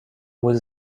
muss